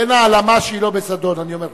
אין העלמה שהיא לא בזדון, אני אומר לך.